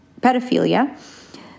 pedophilia